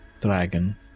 dragon